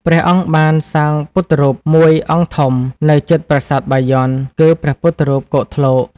ព្រះអង្គបានសាងពុទ្ធរូបមួយអង្គធំ នៅជិតប្រាសាទបាយ័ន គឺ ព្រះពុទ្ធរូប គោកធ្លក ។